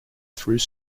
through